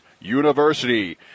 University